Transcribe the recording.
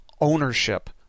ownership